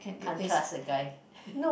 can't trust a guy